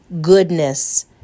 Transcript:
goodness